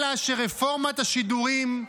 אלא שרפורמת השידורים,